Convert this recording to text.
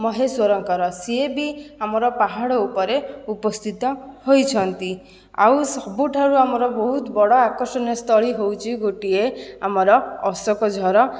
ମହେଶ୍ୱରଙ୍କର ସେ ବି ଆମର ପାହାଡ଼ ଉପରେ ଉପସ୍ଥିତ ହୋଇଛନ୍ତି ଆଉ ସବୁଠାରୁ ଆମର ବହୁତ ବଡ଼ ଆକର୍ଷଣୀୟ ସ୍ଥଳୀ ହେଉଛି ଗୋଟିଏ ଆମର ଅଶୋକଝର